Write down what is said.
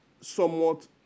somewhat